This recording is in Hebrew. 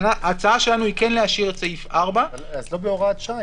ההצעה שלנו היא להשאיר את סעיף 4. אז לא בהוראת שעה,